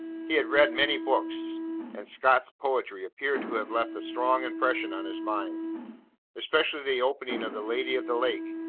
he had read many books and scott's poetry appeared to have left a strong impression on his mind especially the opening of the lady of the lake,